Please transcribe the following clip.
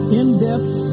in-depth